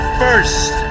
first